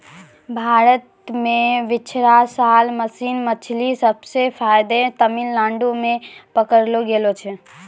भारत मॅ पिछला साल मरीन मछली सबसे ज्यादे तमिलनाडू मॅ पकड़लो गेलो छेलै